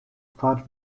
pfad